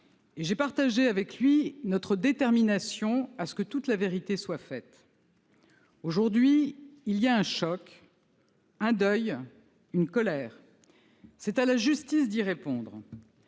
ai fait part de notre détermination à ce que toute la vérité soit faite. Aujourd'hui, il y a un choc, un deuil et une colère. C'est à la justice d'y répondre.